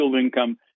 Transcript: income